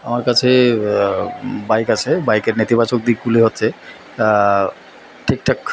আমার কাছে বাইক আছে বাইকের নেতিবাচক দিকগুলি হচ্ছে ঠিকঠাক